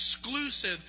exclusive